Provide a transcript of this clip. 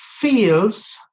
feels